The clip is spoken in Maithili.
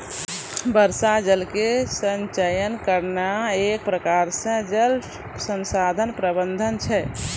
वर्षा जल के संचयन करना एक प्रकार से जल संसाधन प्रबंधन छै